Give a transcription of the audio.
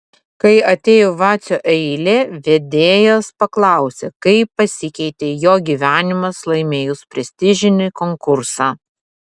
kai atėjo vacio eilė vedėjas paklausė kaip pasikeitė jo gyvenimas laimėjus prestižinį konkursą